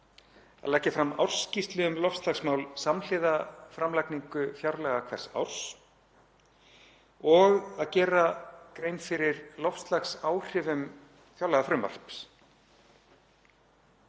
leggja fram ársskýrslu um loftslagsmál samhliða framlagningu fjárlaga hvers árs og gera grein fyrir loftslagsáhrifum fjárlagafrumvarps.